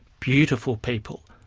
beautiful people,